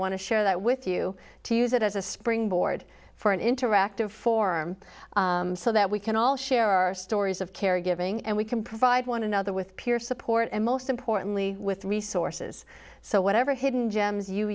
want to share that with you to use it as a springboard for an interactive form so that we can all share our stories of caregiving and we can provide one another with peer support and most importantly with resources so whatever hidden gems you